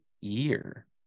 year